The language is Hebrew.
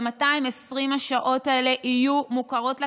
ו-220 השעות האלה יהיו מוכרות לה